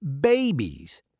babies